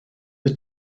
the